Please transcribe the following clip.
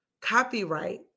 copyright